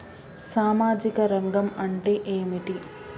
సామాజిక రంగం అంటే ఏమిటి?